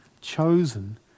chosen